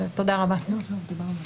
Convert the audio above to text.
אני עורכת הדין ענת